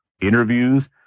interviews